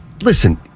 Listen